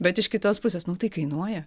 bet iš kitos pusės nu tai kainuoja